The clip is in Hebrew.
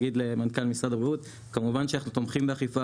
מנכ"ל משרד הבריאות, כמובן שאנחנו תומכים באכיפה.